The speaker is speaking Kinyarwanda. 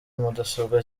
mudasobwa